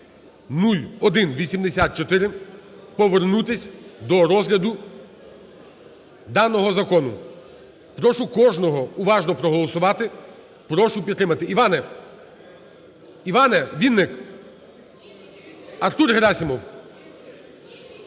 (0184), повернутись до розгляду даного закону. Прошу кожного уважно проголосувати, прошу підтримати. Іване, Іване Вінник! Артур Герасимов!